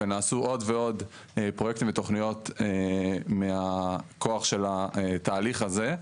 ונעשו עוד ועד פרויקטים ותוכניות מהכוח של התהליך הזה.